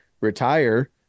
retire